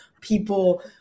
People